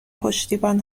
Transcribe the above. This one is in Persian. پشتیبان